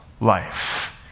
life